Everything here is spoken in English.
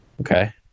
okay